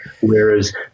Whereas